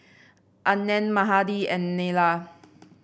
Anand Mahade and Neila